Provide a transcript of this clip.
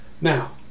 Now